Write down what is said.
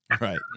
Right